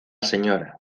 sra